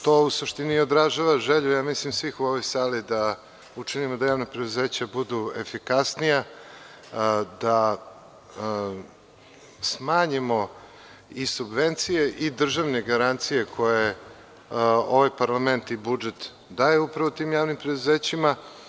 To u suštini održava želju svih u ovoj sali da učinimo da javna preduzeća budu efikasnija, da smanjimo i subvencije i državne garancije koje ovaj parlament i budžet daju upravo tim javnim preduzećima.